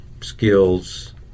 skills